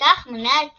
ובכך מונע את